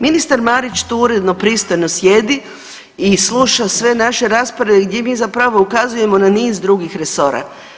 Ministar Marić tu uredno pristojno sjedi i sluša sve naše rasprave gdje mi zapravo ukazujemo na niz drugih resora.